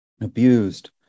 abused